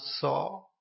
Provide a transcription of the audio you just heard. saw